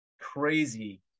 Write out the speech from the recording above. crazy